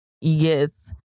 Yes